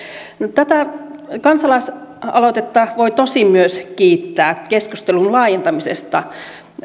tätä kansalaisaloitetta voi tosin myös kiittää keskustelun laajentamisesta